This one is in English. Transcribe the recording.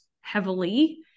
heavily